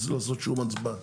אני לא יכול לעשות שום הצבעה.